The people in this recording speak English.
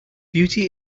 beauty